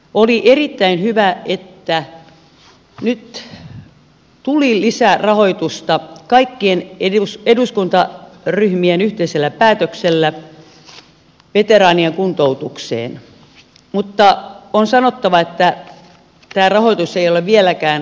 oli erittäin hyvä että nyt tuli lisärahoitusta kaikkien eduskuntaryhmien yhteisellä päätöksellä veteraanien kuntoutukseen mutta on sanottava että tämä rahoitus ei ole vieläkään läheskään riittävä